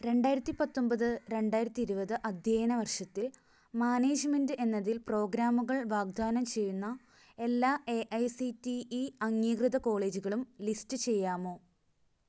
രണ്ടായിരത്തിപത്തൊമ്പത് രണ്ടായിരത്തിഇരുപത് അധ്യയന വർഷത്തിൽ മാനേജ്മെൻറ്റ് എന്നതിൽ പ്രോഗ്രാമുകൾ വാഗ്ദാനം ചെയ്യുന്ന എല്ലാ A I C T E അംഗീകൃത കോളേജുകളും ലിസ്റ്റ് ചെയ്യാമോ